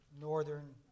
northern